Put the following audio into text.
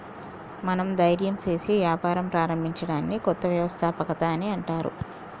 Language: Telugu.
మనం ధైర్యం సేసి వ్యాపారం ప్రారంభించడాన్ని కొత్త వ్యవస్థాపకత అని అంటర్